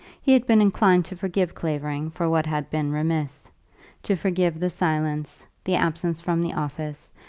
he had been inclined to forgive clavering for what had been remiss to forgive the silence, the absence from the office,